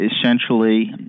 essentially